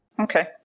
Okay